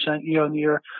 year-on-year